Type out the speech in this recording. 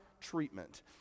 treatment